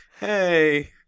Hey